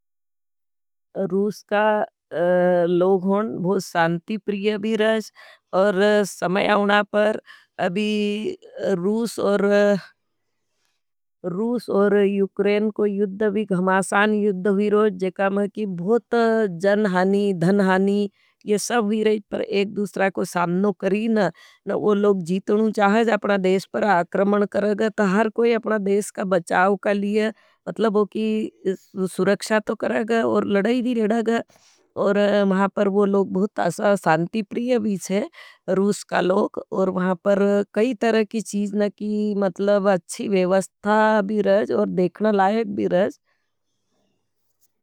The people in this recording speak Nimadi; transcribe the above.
रूस का लोग होन, बहुत सांती प्रिय भीराश और समय आउना पर अभी रूस और युक्रेन को युद्ध भी गहमासान युद्ध ही रोज जेकाम है। कि बहुत जन हानी, धन हानी ये सब भीराईच पर एक दूसरा को सामनो करीन। वो लोग जीतनु चाहेज अपना देश पर आक्रमन करग। तहर कोई अपना देश का बचाव का लिये मतलब वो की सुरक्षा तो करग और लड़ाई भी रिड़ग और महाँ पर वो लोग बहुत सांती प्रिय भी छें। रूस का लोग और महाँ पर कई तरह की चीज़ नकी, मतलब अच्छी वेवस्ता भी रज, और देखना लाइक भी रज।